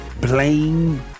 blame